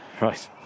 Right